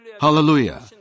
Hallelujah